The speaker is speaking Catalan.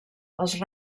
els